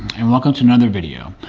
and welcome to another video.